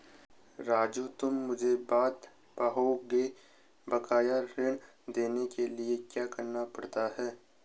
राजू तुम मुझे बता पाओगे बकाया ऋण देखने के लिए क्या करना पड़ता है?